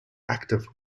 active